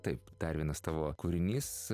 taip dar vienas tavo kūrinys